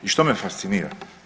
I što me fascinira?